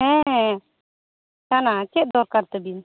ᱦᱮᱸ ᱠᱟᱱᱟ ᱪᱮᱫ ᱫᱚᱨᱠᱟᱨ ᱛᱟᱹᱵᱤᱱ